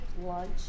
lunch